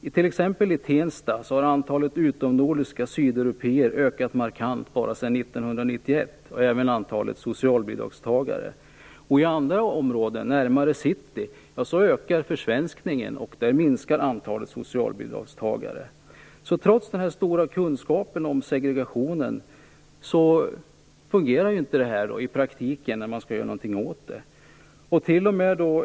I t.ex. Tensta har antalet utomnordiska - sydeuropéer - ökat markant bara sedan 1991, och även antalet socialbidragstagare. I andra områden närmare city ökar försvenskningen. Där minskar antalet socialbidragstagare. Trots den stora kunskapen om segregation fungerar det inte i praktiken när man skall göra något åt den.